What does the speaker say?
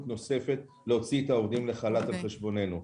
נוספת להוציא את העובדים לחל"ת על חשבוננו.